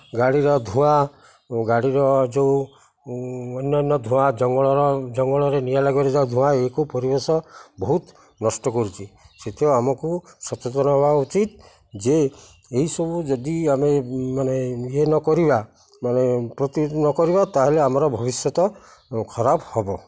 ଇଏର ଗାଡ଼ିର ଧୂଆଁ ଗାଡ଼ିର ଯେଉଁ ଅନ୍ୟାନ୍ୟ ଧୂଆଁ ଜଙ୍ଗଲର ଜଙ୍ଗଲରେ ନିଆଁ ଧୂଆଁ ଏକୁ ପରିବେଶ ବହୁତ ନଷ୍ଟ କରୁଛି ସେତ ଆମକୁ ସଚେତନ ହେବା ଉଚିତ ଯେ ଏସବୁ ଯଦି ଆମେ ମାନେ ଇଏ ନ କରିବା ମାନେ ପ୍ରତି ନ କରିବାର ତା'ହେଲେ ଆମର ଭବିଷ୍ୟତ ଖରାପ ହବ